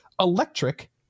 electric